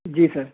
جی سر